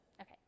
Okay